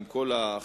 עם כל האחריות,